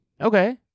Okay